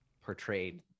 portrayed